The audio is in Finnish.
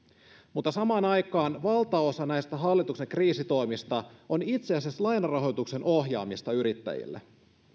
mutta samaan aikaan valtaosa näistä hallituksen kriisitoimista on itse asiassa lainarahoituksen ohjaamista yrittäjille